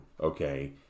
okay